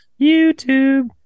YouTube